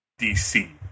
DC